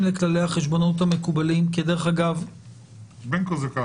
לכללי החשבונאות המקובלים --- בין כה זה ככה.